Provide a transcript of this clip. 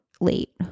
late